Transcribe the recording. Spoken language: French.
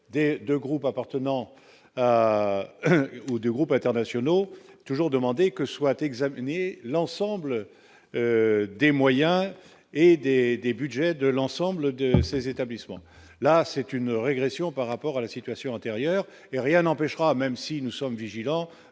2 groupes appartenant à ou de groupes internationaux toujours demandé que soit examiné l'ensemble des moyens et des des Budgets de l'ensemble de ces établissements là c'est une régression par rapport à la situation antérieure et rien n'empêchera, même si nous sommes vigilants,